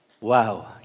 Wow